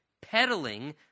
peddling